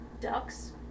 ducks